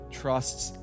trusts